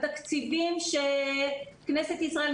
התקציבים שכנסת ישראל,